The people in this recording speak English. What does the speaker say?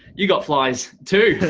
you got flies too,